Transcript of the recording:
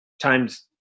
times